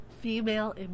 Female